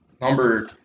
number